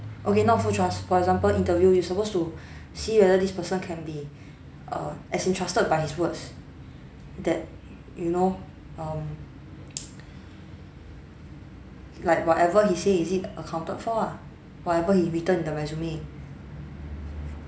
okay not full trust for example interview you supposed to see whether this person can be err as in trusted by his words that you know um like whatever he say is it accounted for ah whatever he written in the resume